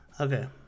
Okay